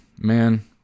man